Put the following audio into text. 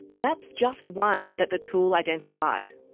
that's just one that the tool identified.